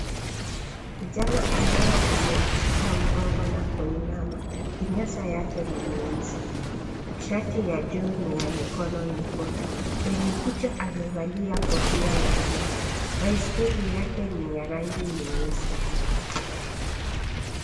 Kijana ambaye amejishika mgongo na kuinama kinyasa yake nyeusi. Shati ya juu ni ya mikono mifupi. Kwenye kichwa amevalia kofia ya kinga. Baiskeli yake ni ya rangi nyeusi.